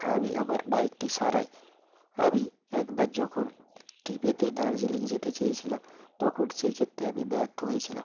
আমি আমার বাইকটি সারাই আমি একবার যখন ট্রিপেতে দার্জিলিং যেতে চেয়েছিলাম তখন সেই ক্ষেত্রে আমি ব্যর্থ হয়েছিলাম